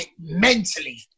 mentally